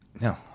No